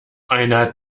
einer